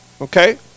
Okay